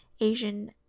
asian